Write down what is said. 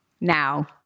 now